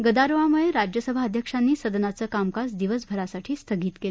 गदारोळामुळे राज्यसभा अध्यक्षांनी सदनाचं कामकाज दिवसभरासाठी स्थगित केलं